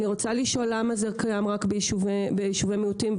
למה זה קיים רק ביישובי מיעוטים?